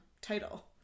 title